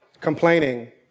complaining